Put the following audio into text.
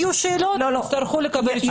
יהיו שאלות, יצטרכו לקבל תשובות.